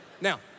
Now